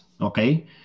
Okay